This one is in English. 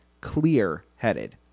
Clear-headed